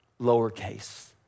lowercase